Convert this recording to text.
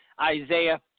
Isaiah